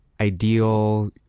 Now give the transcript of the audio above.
ideal